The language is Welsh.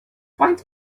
faint